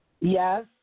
Yes